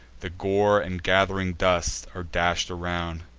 the gore and gath'ring dust are dash'd around.